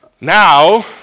Now